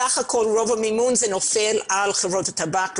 בסך הכול רוב המימון נופל על חברות הטבק.